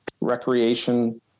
recreation